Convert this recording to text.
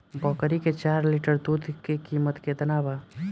बकरी के चार लीटर दुध के किमत केतना बा?